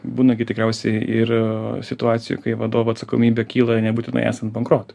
būna gi tikriausiai ir situacijų kai vadovo atsakomybė kyla nebūtinai esant bankrotui